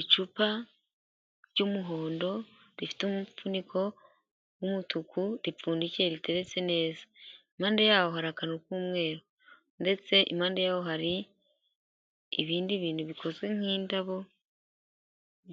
Icupa ry'umuhondo rifite umufuniko w'umutuku, ripfundikiye riteretse neza, impande yaho hari akantu k'umweru, ndetse impande yaho hari ibindi bintu bikozwe nk'indabo